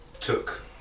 took